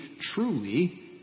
truly